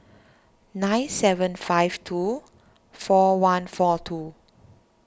nine seven five two four one four two